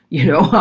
you know,